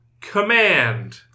Command